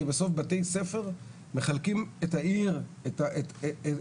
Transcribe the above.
כי בסוף בתי ספר מחלקים את העיר, את היישוב,